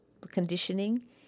conditioning